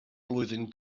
flwyddyn